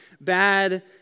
bad